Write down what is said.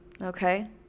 okay